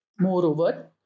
Moreover